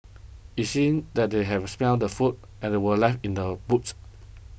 it seemed that they have smelt the food and were left in the boot